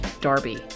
Darby